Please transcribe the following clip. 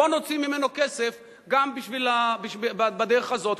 בוא נוציא ממנו כסף גם בדרך הזאת.